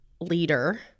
leader